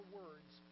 words